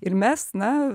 ir mes na